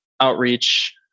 Outreach